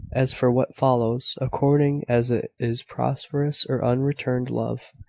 as for what follows, according as it is prosperous or unreturned love,